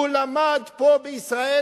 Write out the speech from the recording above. הוא למד פה בישראל,